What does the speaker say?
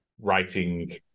writing